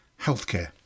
healthcare